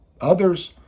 Others